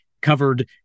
covered